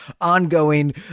ongoing